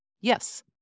Yes